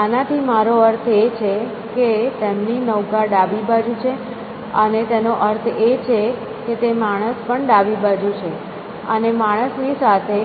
આનાથી મારો અર્થ એ છે કે તેમની નૌકા ડાબી બાજુ છે અને તેનો અર્થ એ છે કે તે માણસ પણ ડાબી બાજુ છે અને માણસની સાથે